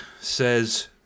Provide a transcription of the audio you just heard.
says